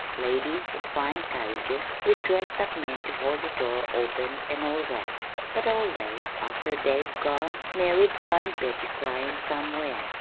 ladies in fine carriages with dressed-up men to hold the door open and all that but always, after they'd gone, mary'd find betty cryin' somewhere,